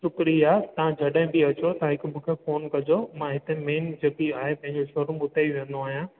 शुक्रिया तव्हां जॾहिं बि अचो तव्हां हिकु मूंखे फोन कजो मां हिते मेन जेकी आहे पंहिंजो शो रूम उते ई वेहंदो आहियां